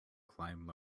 climb